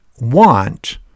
want